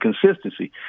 consistency